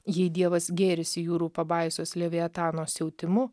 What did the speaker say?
jei dievas gėrisi jūrų pabaisos leviatano siautimu